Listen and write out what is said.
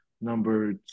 number